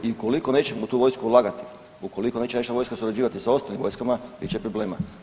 I ukoliko nećemo u tu vojsku ulagati, ukoliko neće naša vojska surađivati s ostalim vojskama bit će problema.